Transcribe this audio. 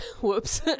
Whoops